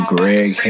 Greg